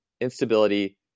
instability